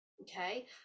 okay